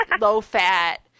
low-fat